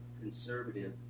conservative